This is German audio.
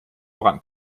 voran